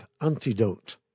antidote